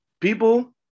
People